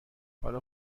حالا